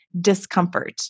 discomfort